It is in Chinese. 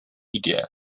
地点